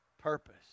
Purpose